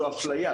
זו אפליה,